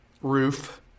roof